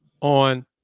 on